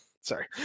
sorry